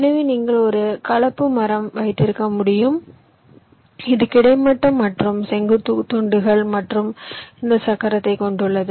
எனவே நீங்கள் ஒரு கலப்பு மரம் வைத்திருக்க முடியும் இது கிடைமட்ட மற்றும் செங்குத்து துண்டுகள் மற்றும் இந்த சக்கரத்தைக் கொண்டுள்ளது